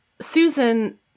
Susan